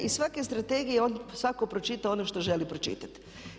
Iz svake strategije je svatko pročitao ono što želi pročitati.